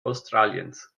australiens